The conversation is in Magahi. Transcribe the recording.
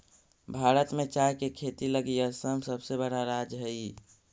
भारत में चाय के खेती लगी असम सबसे बड़ा राज्य हइ